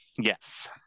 Yes